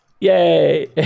yay